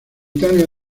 italia